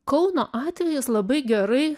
kauno atvejis labai gerai